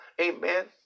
amen